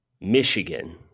Michigan